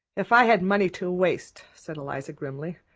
if i had money to waste, said eliza grimly,